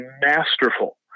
masterful